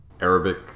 Arabic